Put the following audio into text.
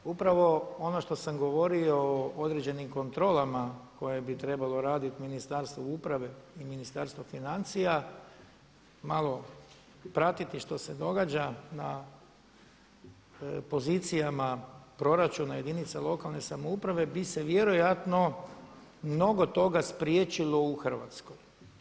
Upravo ono što sam govorio o određenim kontrolama koje bi trebalo raditi ministarstvo uprave i ministarstvo financija malo pratiti što se događa na pozicijama proračuna jedinica lokalne samouprave bi se vjerojatno bi se mnogo toga spriječilo u Hrvatskoj.